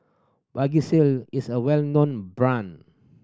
Vagisil is a well known brand